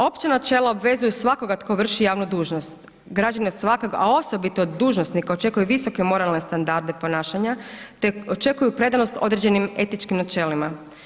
Opća načela obvezuju svakoga tko vrši javnu dužnost, građana svakog a osobito dužnosnika očekuju visoke moralne standarde ponašanja te očekuju predanost određenim etičkim načelima.